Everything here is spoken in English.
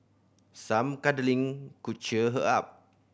some cuddling could cheer her up